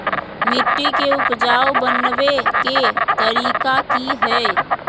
मिट्टी के उपजाऊ बनबे के तरिका की हेय?